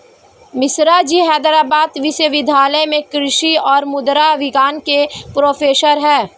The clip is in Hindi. मिश्राजी हैदराबाद विश्वविद्यालय में कृषि और मृदा विज्ञान के प्रोफेसर हैं